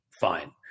Fine